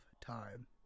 time